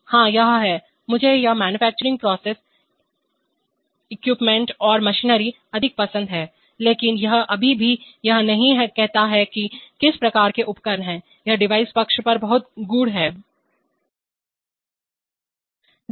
हां यह है मुझे यह मैन्युफैक्चरिंग प्रोसेस इक्विपमेंट और मशीनरी अधिक पसंद है लेकिन यह अभी भी यह नहीं कहता है कि ये किस प्रकार के उपकरण हैं यह डिवाइस पक्ष पर बहुत गूढ़ है